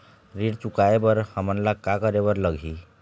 ऋण चुकाए बर हमन ला का करे बर लगही?